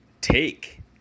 take